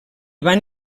van